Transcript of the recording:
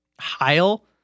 Heil